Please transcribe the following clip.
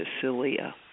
cilia